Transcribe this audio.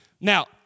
Now